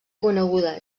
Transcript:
coneguda